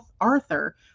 Arthur